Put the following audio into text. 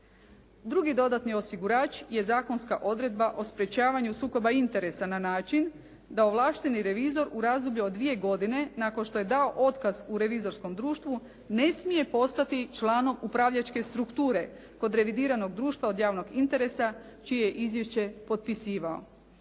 Drugi dodatni osigurač je zakonska odredba o sprječavanju sukoba interesa na način da ovlašteni revizor u razdoblju od dvije godine nakon što je dao otkaz u revizorskom društvu ne smije postati članom upravljačke strukture kod revidiranog društva od javnog interesa čije je izvješće potpisivao.